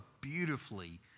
beautifully